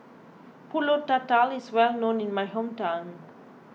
Pulut Tatal is well known in my hometown